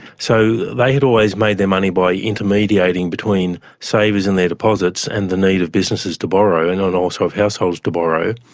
so they had always made their money by intermediating between savers and their deposits and the need of businesses to borrow and and also of households to borrow.